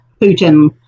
Putin